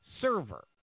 server